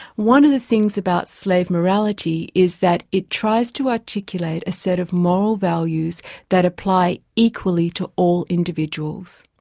one of the things about slave morality is that it tries to articulate a set of moral values that apply equally to all individuals.